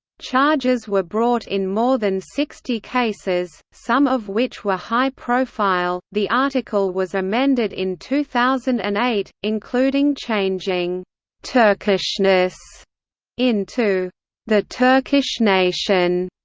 charges were brought in more than sixty cases, some of which were high-profile the article was amended in two thousand and eight, including changing turkishness into the turkish nation,